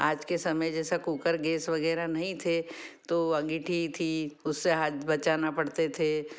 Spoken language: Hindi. आज के समय जैसा कूकर गेस वगैरह नहीं थे तो अंगीठी थी उससे हाथ बचाना पड़ते थे